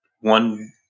one